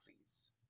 please